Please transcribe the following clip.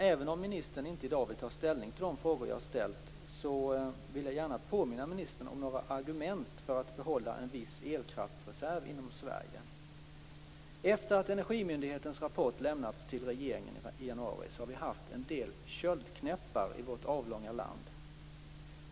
Även om ministern inte i dag vill ta ställning till de frågor jag ställt, så vill jag gärna påminna ministern om några argument för att behålla en viss elkraftsreserv inom Efter det att Energimyndighetens rapport lämnats till regeringen i januari har vi haft en del köldknäppar i vårt avlånga land.